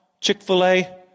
Chick-fil-A